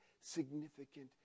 significant